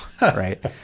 right